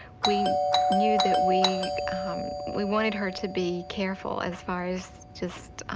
we knew that we we wanted her to be careful, as far as just